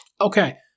Okay